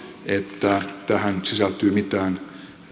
että tähän sisältyy mitään